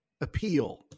appeal